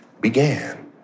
began